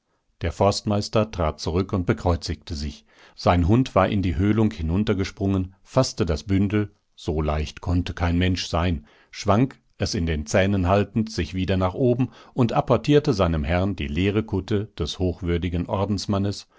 der forstmeister trat zurück und bekreuzigte sich sein hund war in die höhlung hinuntergesprungen faßte das bündel so leicht konnte kein mensch sein schwang es in den zähnen haltend sich wieder nach oben und apportierte seinem herrn die leere kutte des hochwürdigen